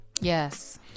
yes